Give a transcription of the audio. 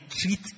treat